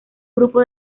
grupo